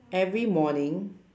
every morning